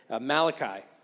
Malachi